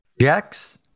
Jack's